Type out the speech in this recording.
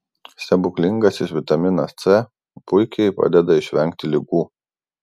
stebuklingasis vitaminas c puikiai padeda išvengti ligų